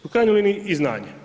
U krajnjoj liniji i znanje.